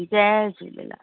Jay Jhulelal